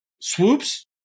Swoops